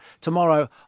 tomorrow